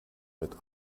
mit